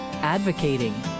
advocating